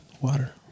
Water